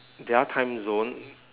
their timezone